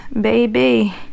baby